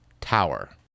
Tower